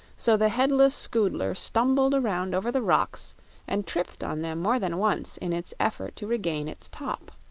so the headless scoodler stumbled around over the rocks and tripped on them more than once in its effort to regain its top.